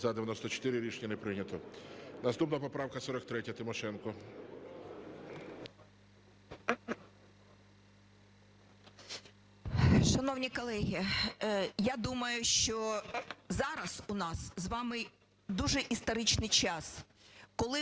За-94 Рішення не прийнято. Наступна поправка 43-я. Тимошенко.